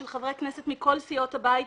של חברי כנסת מכל סיעות הבית.